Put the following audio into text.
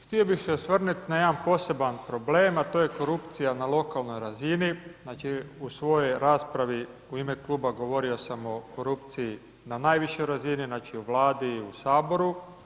Htio bih se osvrnuti na jedan posebni problem, a to je korupcija na lokalnoj razini, znači u svojoj raspravi u ime kluba govorio sam o korupciji na najvišoj razini, znači u Vladi i u Saboru.